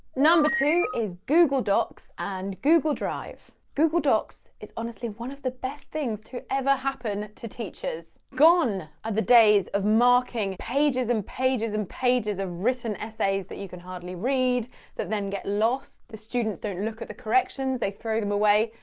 number two is google docs and google drive. google docs is honestly one of the best things to ever happen to teachers. gone are the days of marking pages and pages and pages of written essays that you can hardly read that then get lost, the students don't look at the corrections, they throw them away.